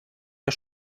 der